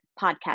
podcast